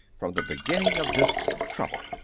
from the beginning of this trouble.